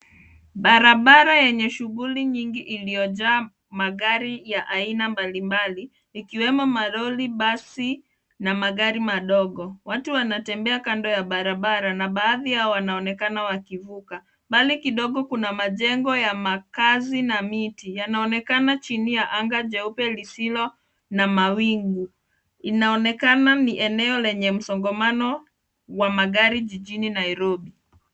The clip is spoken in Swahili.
Barabara yenye shughuli nyingi iliyojaa magari ya aina mbalimbali ikiwemo malori, basi na magari madogo. Watu wanatembea kando ya barabara na baadhi yao wanaonekana wakivuka. Mbali kidogo kuna majengo ya makazi na miti. Yanaonekana chini ya anga jeupe lisilo na mawingu. Inaonekana ni eneo lenye msongamano wa magari jijini Nairobi.